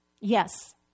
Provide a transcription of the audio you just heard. Yes